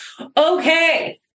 okay